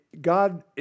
God